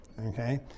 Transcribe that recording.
okay